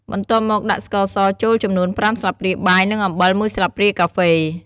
បន្ទាប់់មកដាក់ស្ករស ចូលចំនួន៥ស្លាបព្រាបាយ និងអំបិល១ស្លាបព្រាកាហ្វេ។